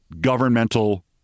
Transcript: governmental